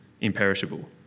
imperishable